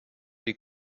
die